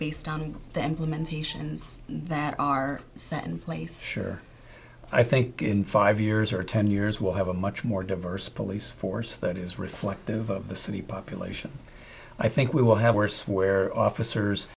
based on the implementation that are set in place sure i think in five years or ten years we'll have a much more diverse police force that is reflective of the city population i think we will have worse where officers